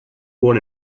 born